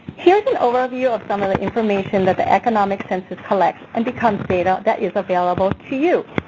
here's an overview of some of the information that the economic census collects and becomes data that is available to you.